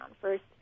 first